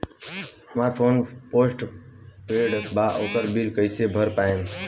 हमार phone postpaid बा ओकर बिल कईसे भर पाएम?